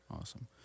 awesome